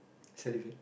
salivate